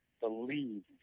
believe